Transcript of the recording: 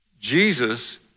Jesus